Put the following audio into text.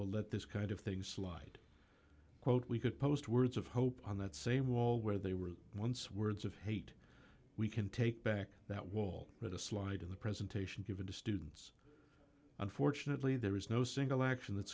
will let this kind of thing slide quote we could post words of hope on that same wall where they were once words of hate we can take back that wall with a slide in the presentation given to students unfortunately there is no single action